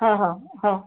हां हां हो